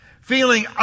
Feeling